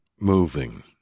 moving